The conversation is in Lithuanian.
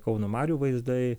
kauno marių vaizdai